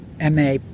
MA